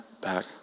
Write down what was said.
back